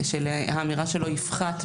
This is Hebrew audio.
של האמירה "שלא יפחת",